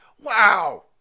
Wow